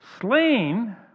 Slain